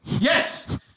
Yes